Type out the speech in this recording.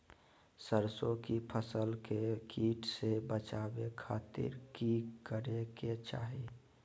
सरसों की फसल के कीट से बचावे खातिर की करे के चाही?